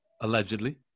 allegedly